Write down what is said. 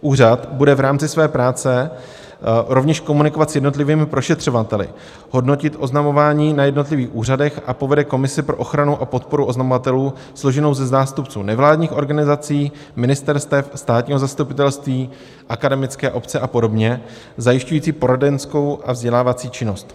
Úřad bude v rámci své práce rovněž komunikovat s jednotlivými prošetřovateli, hodnotit oznamování na jednotlivých úřadech a povede komisi pro ochranu a podporu oznamovatelů složenou ze zástupců nevládních organizací, ministerstev, státního zastupitelství, akademické obce a podobně zajišťující poradenskou a vzdělávací činnost.